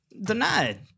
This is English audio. denied